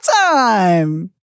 time